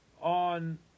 on